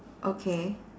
okay